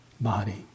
body